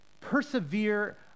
persevere